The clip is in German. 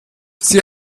sie